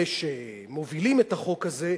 אלה שמובילים את החוק הזה,